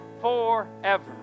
forever